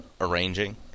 arranging